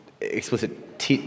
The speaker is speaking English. explicit